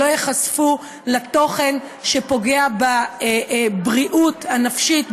שלא ייחשפו לתוכן שפוגע בבריאות הנפשית,